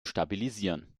stabilisieren